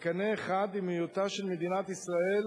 בקנה אחד עם היותה של מדינת ישראל